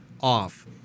off